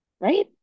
right